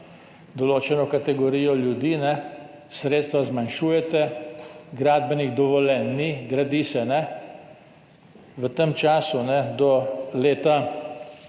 določeno kategorijo ljudi, sredstva zmanjšujete, gradbenih dovoljenj ni, gradi se ne. V tem času do konca